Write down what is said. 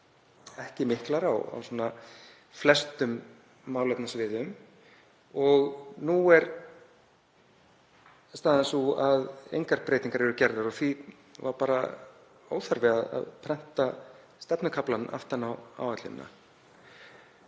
ekki miklar á flestum málefnasviðum. Nú er staðan sú að engar breytingar eru gerðar og því var bara óþarfi að prenta stefnukaflann aftan á áætlunina.